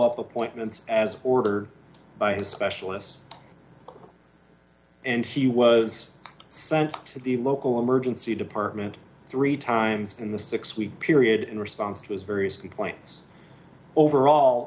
up appointments as ordered by specialists and he was at the local emergency department three times in the six week period in response to his various complaint over all